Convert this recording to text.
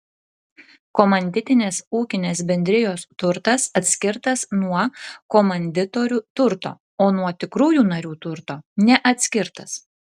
komanditinės ūkinės bendrijos turtas atskirtas nuo komanditorių turto o nuo tikrųjų narių turto neatskirtas